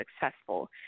successful